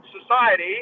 society